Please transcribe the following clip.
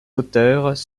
auteurs